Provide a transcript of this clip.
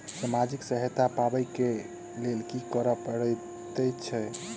सामाजिक सहायता पाबै केँ लेल की करऽ पड़तै छी?